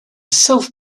self